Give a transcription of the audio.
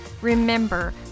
Remember